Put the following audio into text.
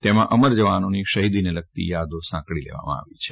તેમાં અમર જવાનોની શહીદીને લગતી યાદો સાંકળી લેવામાં આવી છે